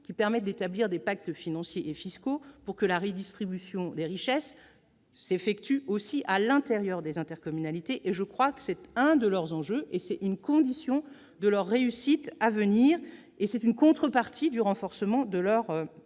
qui permettent d'établir des pactes financiers et fiscaux pour que la redistribution des richesses s'effectue aussi à l'intérieur des intercommunalités. C'est, je le répète, un enjeu important et une condition de leur réussite à venir, ainsi qu'une contrepartie du renforcement de leurs